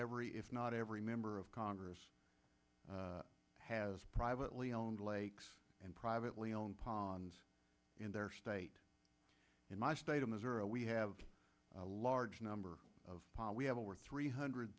every if not every member of congress has privately owned lakes and privately owned ponds in their state in my state of missouri we have a large number of we have over three hundred